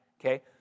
okay